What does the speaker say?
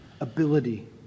ability